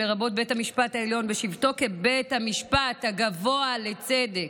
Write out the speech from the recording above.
לרבות בית המשפט העליון בשבתו כבית המשפט הגבוה לצדק,